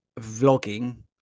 vlogging